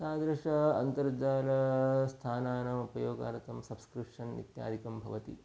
तादृशानां अन्तर्जालस्थानानाम् उपयोगार्थं सब्स्क्रिप्शन् इत्यादिकं भवति